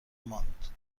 ماند